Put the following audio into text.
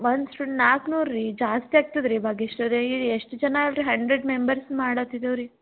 ಮನುಷ್ರು ನಾಲ್ಕುನೂರು ರೀ ಜಾಸ್ತಿ ಆಗ್ತದ ರೀ ಭಾಗ್ಯಶ್ರೀ ಅವರೆ ಈ ಎಷ್ಟು ಜನ ಅಲ್ರಿ ಹಂಡ್ರೆಡ್ ಮೆಂಬರ್ಸ್ ಮಾಡತಿದ್ದೇವು ರೀ